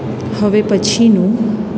હવે પછીનું